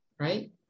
right